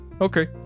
Okay